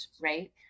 Right